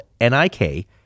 N-I-K